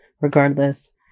regardless